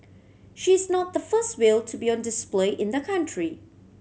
she is not the first whale to be on display in the country